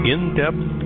In-depth